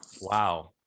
Wow